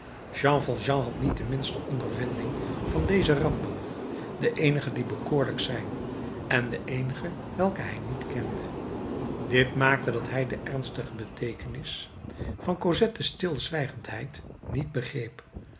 jean valjean had niet de minste ondervinding van deze rampen de eenige die bekoorlijk zijn en de eenige welke hij niet kende dit maakte dat hij de ernstige beteekenis van cosette's stilzwijgendheid niet begreep